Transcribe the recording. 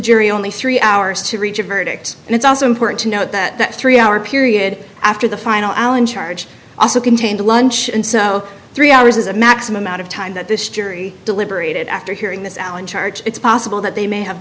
jury only three hours to reach a verdict and it's also important to note that three hour period after the final allen charge also contained a lunch and so three hours is a maximum amount of time that this jury deliberated after hearing this allen charge it's possible that they may have